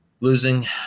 losing